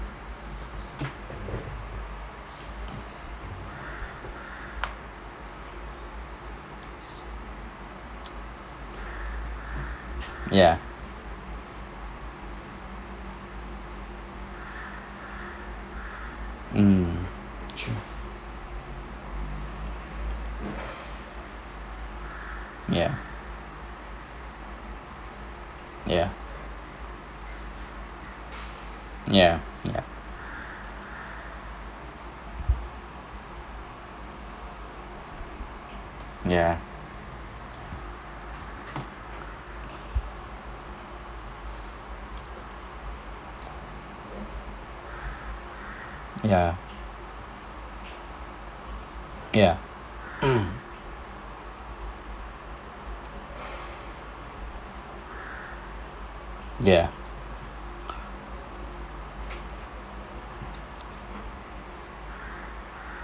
ya mm true ya ya ya ya ya ya ya ya